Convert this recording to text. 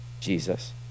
Jesus